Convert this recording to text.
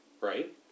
right